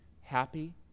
happy